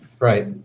Right